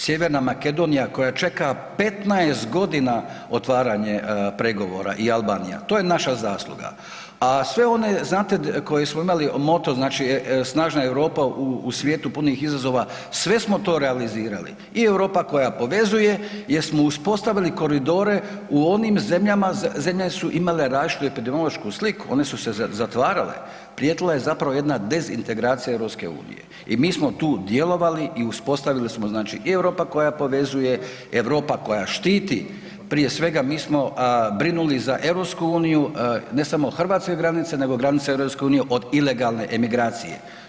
Sjeverna Makedonija koja čeka 15 godina otvaranje pregovora i Albanija, to je naša zasluga, a sve one znate koje smo imali moto znači „Snažna Europa u svijetu punih izazova“, sve smo to realizirali i „Europa koja povezuje“ jer smo uspostavili koridore u onim zemljama, zemlje su imale različitu epidemiološku sliku, one su se zatvarale, prijetila je zapravo jedna dezintegracija EU i mi smo tu djelovali i uspostavili smo znači i Europa koja povezuje, Europa koja štiti, prije svega mi smo brinuli za EU ne samo Hrvatske granice nego granice EU od ilegalne emigracije.